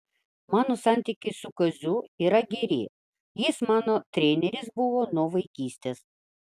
mano santykiai su kaziu yra geri jis mano treneris buvo nuo vaikystės